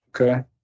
Okay